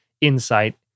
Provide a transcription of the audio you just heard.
insight